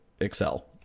excel